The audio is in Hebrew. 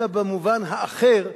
אלא במובן האחר,